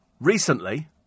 Recently